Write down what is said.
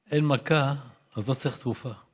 אין מכה אז לא צריך תרופה.